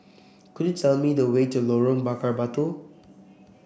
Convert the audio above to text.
could you tell me the way to Lorong Bakar Batu